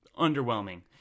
underwhelming